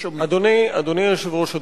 אדוני היושב-ראש,